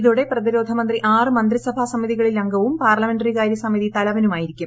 ഇതോടെ പ്രതിരോധമന്ത്രി ആറ് മന്ത്രിസഭാ സമിതികളിൽ അംഗവും പാർലമെന്ററികാര്യ സമിതി തലവനുമായിരിക്കും